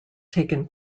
taken